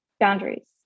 boundaries